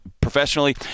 professionally